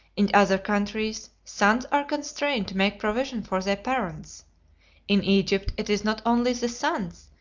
in other countries, sons are constrained to make provision for their parents in egypt it is not only the sons,